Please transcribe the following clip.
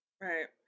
Right